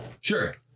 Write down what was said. Sure